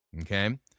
okay